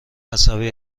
عصبی